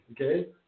okay